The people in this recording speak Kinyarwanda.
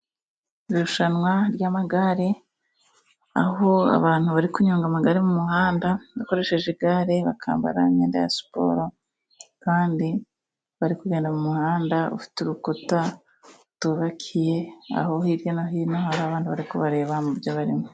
Irushanwa ry'amagare ,aho abantu bari kunyonga amagare mu muhanda bakoresheje igare, bakambara imyenda ya siporo kandi bari kugenda mu muhanda ufite urukuta rutubakiye, aho hirya no hino hari abantu bari kubareba mubyo barimo.